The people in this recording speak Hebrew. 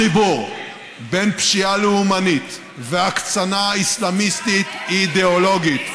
החיבור בין פשיעה לאומנית והקצנה אסלאמיסטית אידיאולוגית,